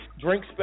drink